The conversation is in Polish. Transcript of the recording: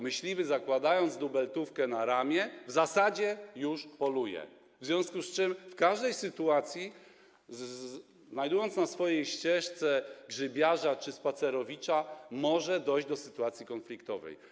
Myśliwy, założywszy dubeltówkę na ramię, w zasadzie już poluje, w związku z czym w każdej sytuacji, gdy spotka na swojej ścieżce grzybiarza czy spacerowicza, może dojść do sytuacji konfliktowej.